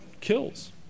kills